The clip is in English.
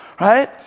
right